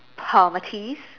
Pomaltese